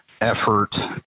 effort